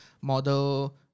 Model